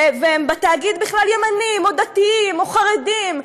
והם בתאגיד בכלל ימנים או דתיים או חרדים,